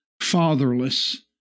fatherless